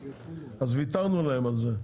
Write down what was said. אז ויתרנו להם על זה.